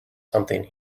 something